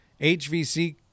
HVC